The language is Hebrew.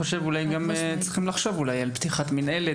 אולי גם צריכים לחשוב על פתיחה של מנהלת,